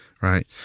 right